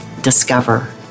Discover